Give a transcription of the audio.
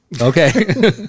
Okay